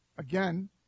Again